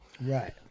Right